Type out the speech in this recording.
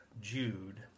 Jude